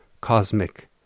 cosmic